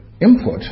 input